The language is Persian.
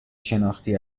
شناختی